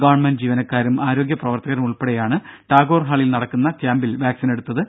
government ജീവനക്കാരും ആരോഗ്യ പ്രവർത്തകരുമുൾപ്പെടെയാണ് ടാഗോർ ഹാളിൽ നടക്കുന്ന ക്യാമ്പിൽ വാക്സിൻ എടുത്തത്